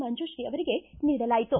ಮಂಜುಶ್ರೀ ಅವರಿಗೆ ನೀಡಲಾಯಿತು